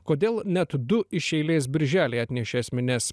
kodėl net du iš eilės birželiai atnešė esmines